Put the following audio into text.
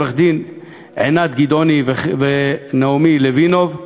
עורכי-הדין עינת גדעוני ונעמי לוינוב,